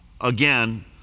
Again